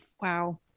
Wow